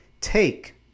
take